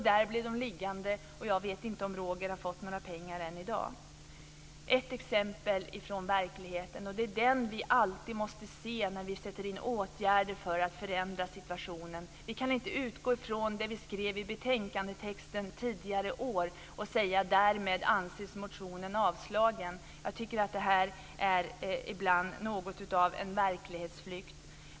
Där blev de liggande. Jag vet inte om Roger har fått några pengar än i dag. Det var ett exempel från verkligheten. Det är den vi måste se när vi sätter in åtgärder för att förändra situationen. Vi kan inte utgå från det som har skrivits i betänkanden tidigare år och därmed anse motionen avstyrkt. Det är ibland en verklighetsflykt.